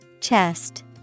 Chest